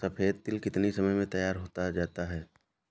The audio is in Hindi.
सफेद तिल कितनी समय में तैयार होता जाता है?